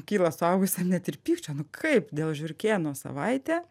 kyla suaugusiam net ir pykčio nu kaip dėl žiurkėno savaitę